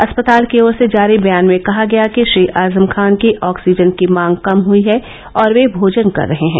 अस्पताल की ओर से जारी बयान में कहा गया कि श्री आजम खान की ऑक्सीजन की मांग कम हयी है और वे भोजन कर रहे हैं